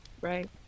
right